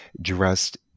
dressed